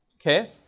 okay